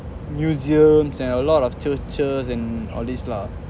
museums and a lot of churches and all this lah